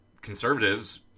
conservatives